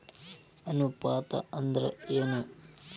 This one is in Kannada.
ಅನುಪಾತ ಅಂದ್ರ ಏನ್?